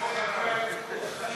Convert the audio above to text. רעיון טוב.